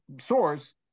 source